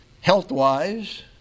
health-wise